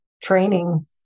training